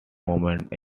moment